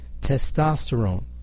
testosterone